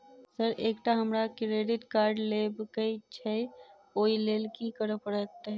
Sir एकटा हमरा credit card लेबकै छैय ओई लैल की करऽ परतै?